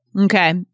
Okay